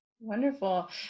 Wonderful